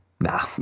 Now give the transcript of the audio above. nah